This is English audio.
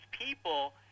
people